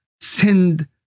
send